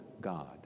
God